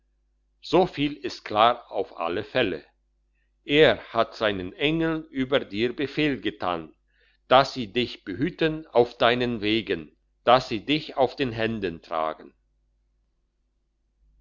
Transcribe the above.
so viel ist klar auf alle fälle er hat seinen engeln über dir befehl getan dass sie dich behüten auf deinen wegen dass sie dich auf den händen tragen